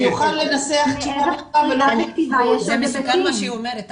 שהוא יוכל לנסח תשובות- -- זה מסוכן מה שהיא אומרת.